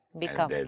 become